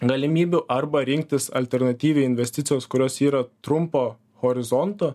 galimybių arba rinktis alternatyvią investicijos kurios yra trumpo horizonto